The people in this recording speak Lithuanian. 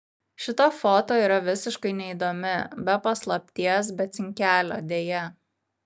šita foto yra visiškai neįdomi be paslapties be cinkelio deja